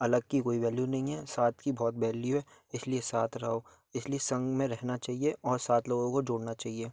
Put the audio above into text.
अलग की कोई वैल्यू नहीं है साथ की बहुत बैल्यू है इसलिए साथ रहो इसलिए संघ में रहना चाहिए और साथ लोगों को जोड़ना चाहिए